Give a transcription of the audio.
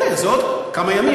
אוקיי, אז זה עוד כמה ימים, נכון?